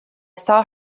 saw